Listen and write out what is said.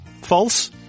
False